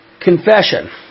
Confession